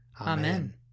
Amen